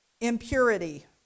Impurity